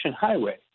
highway